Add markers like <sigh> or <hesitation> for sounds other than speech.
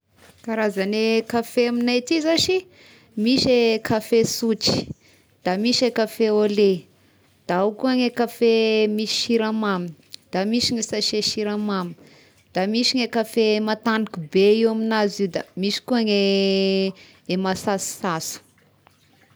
<noise> Karazagne kafe amignay aty za sy misy eh kafe sotry, da misy kafe au lait, da ao koa ny kafe misy siramamy, da misy ny sasià siramamy, da misy ny kafe matagniky be io amignazy io, da misy koa <hesitation> masasosaso.